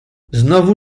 znowu